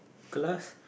class